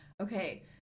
okay